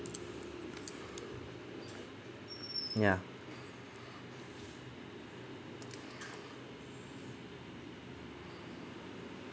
ya